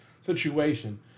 situation